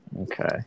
Okay